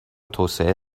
توسعه